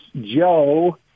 Joe